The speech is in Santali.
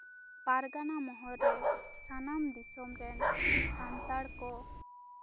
ᱯᱟᱨᱜᱟᱱᱟ ᱢᱚᱦᱚᱞᱨᱮ ᱥᱟᱱᱟᱢ ᱫᱤᱥᱚᱢ ᱨᱮᱱ ᱥᱟᱱᱛᱟᱲ ᱠᱚ